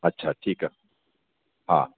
अच्छा ठीकु आहे हा